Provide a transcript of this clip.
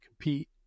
compete